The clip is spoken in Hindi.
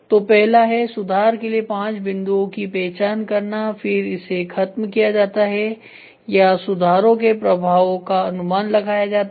तो पहला है सुधार के लिए पांच बिंदुओं की पहचान करना फिर इसे खत्म किया जाता है या सुधारों के प्रभावों का अनुमान लगाया जाता है